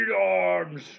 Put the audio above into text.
arms